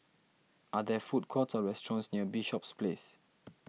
are there food courts or restaurants near Bishops Place